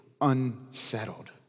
unsettled